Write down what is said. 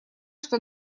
что